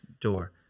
door